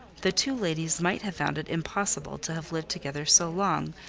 the two ladies might have found it impossible to have lived together so long,